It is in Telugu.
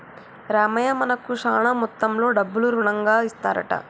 రామయ్య మనకు శాన మొత్తంలో డబ్బులు రుణంగా ఇస్తారంట